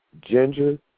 ginger